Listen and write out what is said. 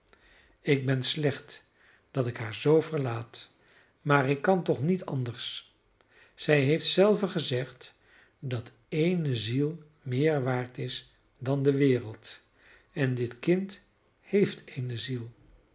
ik ben slecht dat ik haar zoo verlaat maar ik kan toch niet anders zij heeft zelve gezegd dat ééne ziel meer waard is dan de wereld en dit kind heeft eene ziel